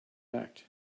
act